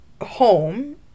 home